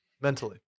mentally